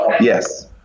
Yes